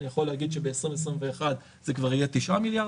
אני יכול להגיד שב-2021 זה כבר יהיה תשעה מיליארד